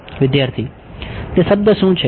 વિદ્યાર્થી